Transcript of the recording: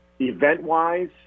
event-wise